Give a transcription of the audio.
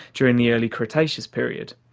during the early cretaceous period.